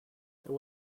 there